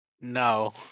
no